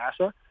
NASA